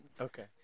Okay